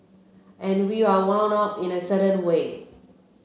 and we are wound up in a certain way